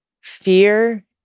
fear